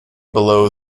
below